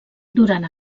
durant